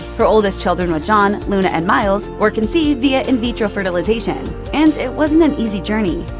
her oldest children with john, luna and miles, were conceived via in-vitro fertilization and it wasn't an easy journey.